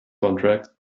contract